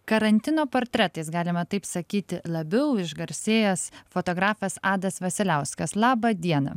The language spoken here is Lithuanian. karantino portretais galima taip sakyti labiau išgarsėjęs fotografas adas vasiliauskas laba diena